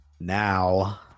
now